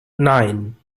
nine